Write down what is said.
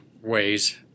ways